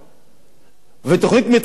ותוכנית המיתאר לא מעודכנת,